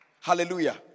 Hallelujah